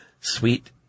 sweet